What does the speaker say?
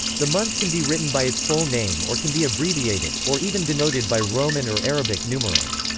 the month can be written by its full name or can be abbreviated, or even denoted by roman or arabic numerals.